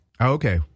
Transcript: Okay